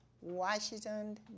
Washington